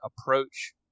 approach